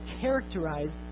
characterized